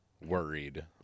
worried